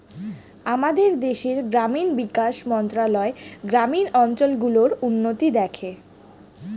আমাদের দেশের গ্রামীণ বিকাশ মন্ত্রণালয় গ্রামীণ অঞ্চল গুলোর উন্নতি দেখে